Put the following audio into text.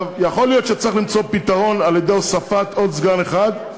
יכול להיות שצריך למצוא פתרון על-ידי הוספת עוד סגן אחד.